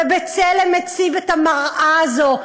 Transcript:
"בצלם" הציב את המראה הזאת,